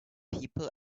people